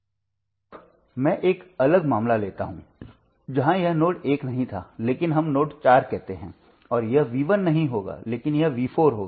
अब मैं एक अलग मामला लेता हूं जहां यह नोड एक नहीं था लेकिन हम नोड 4 कहते हैं और यह नहीं होगा लेकिन यह होगा